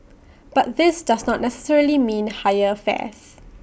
but this does not necessarily mean higher fares